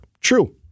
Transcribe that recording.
true